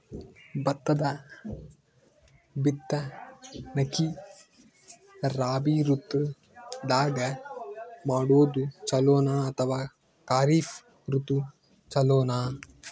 ಭತ್ತದ ಬಿತ್ತನಕಿ ರಾಬಿ ಋತು ದಾಗ ಮಾಡೋದು ಚಲೋನ ಅಥವಾ ಖರೀಫ್ ಋತು ಚಲೋನ?